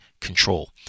control